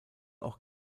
auch